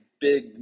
Big